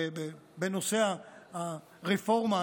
בנושא הרפורמה,